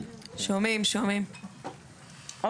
יש הסכם מסגרת בין משרד התחבורה ומשרד האוצר,